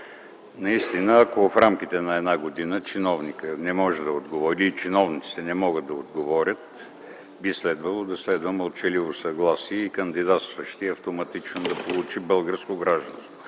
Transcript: Наистина, ако в рамките на една година чиновникът не може да отговори, чиновниците не могат да отговорят, би трябвало да следва мълчаливо съгласие и кандидатстващият автоматично да получи българско гражданство,